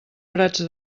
prats